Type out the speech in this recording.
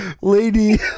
Lady